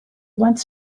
wants